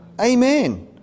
Amen